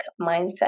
mindset